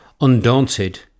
Undaunted